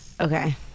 Okay